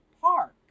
Park